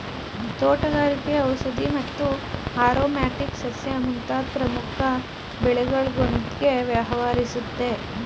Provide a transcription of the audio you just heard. ತೋಟಗಾರಿಕೆ ಔಷಧಿ ಮತ್ತು ಆರೊಮ್ಯಾಟಿಕ್ ಸಸ್ಯ ಮುಂತಾದ್ ಪ್ರಮುಖ ಬೆಳೆಗಳೊಂದ್ಗೆ ವ್ಯವಹರಿಸುತ್ತೆ